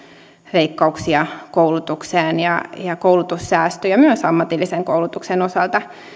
leikkauksia koulutukseen ja koulutussäästöjä myös ammatillisen koulutuksen osalta